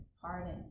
pardon